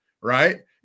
right